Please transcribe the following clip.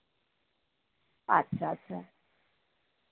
ᱟᱪᱪᱷᱟ ᱟᱪᱪᱷᱟ